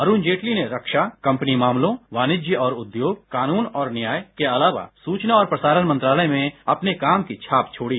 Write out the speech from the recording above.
अरुण जेटली ने रक्षा कम्पनी मामलों वाणिज्य और उद्योग कानून और न्याय के अलावा सूचना और प्रसारण मंत्रालय में अपने काम की छाप छोड़ी